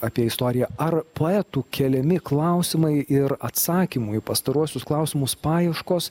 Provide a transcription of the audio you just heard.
apie istoriją ar poetų keliami klausimai ir atsakymų į pastaruosius klausimus paieškos